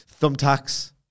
Thumbtacks